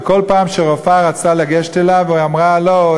וכל פעם שרופאה רצתה לגשת אליו אמרו: לא,